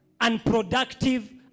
unproductive